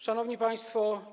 Szanowni Państwo!